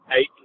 eight